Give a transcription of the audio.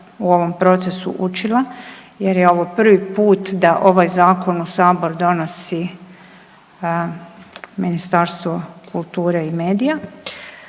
u ovom procesu učila jer je ovo prvi put da ovaj zakon u Sabor donosi Ministarstvo kulture i medija.